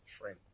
friend